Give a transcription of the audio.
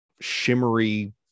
shimmery